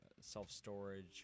self-storage